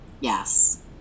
Yes